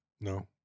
No